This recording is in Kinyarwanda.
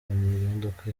modoka